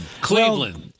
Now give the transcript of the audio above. Cleveland